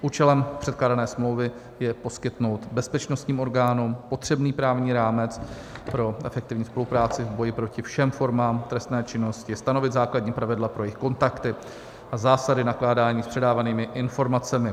Účelem předkládané smlouvy je poskytnout bezpečnostním orgánům potřebný právní rámec pro efektivní spolupráci v boji proti všem formám trestné činnosti, stanovit základní pravidla pro jejich kontakty a zásady nakládání s předávanými informacemi.